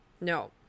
No